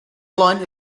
line